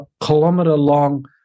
kilometer-long